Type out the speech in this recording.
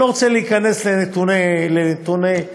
אני לא רוצה להיכנס לנתוני הדוח.